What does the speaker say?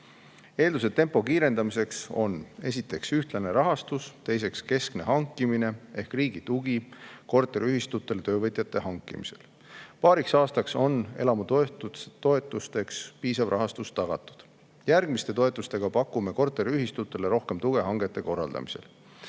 Eeldused tempo kiirendamiseks on esiteks ühtlane rahastus, teiseks keskne hankimine ehk riigi tugi korteriühistutele töövõtjate hankimisel. Paariks aastaks on elamutoetusteks piisav rahastus tagatud. Järgmiste toetustega pakume korteriühistutele rohkem tuge hangete korraldamisel.